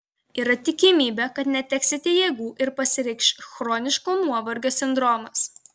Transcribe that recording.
yra tikimybė kad neteksite jėgų ir pasireikš chroniško nuovargio sindromas